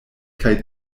kaj